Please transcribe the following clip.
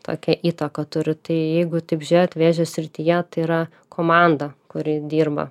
tokią įtaką turi tai jeigu taip žiūrėt vėžio srityje tai yra komanda kuri dirba